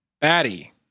Batty